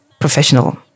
professional